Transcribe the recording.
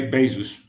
Bezos